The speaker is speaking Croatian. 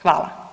Hvala.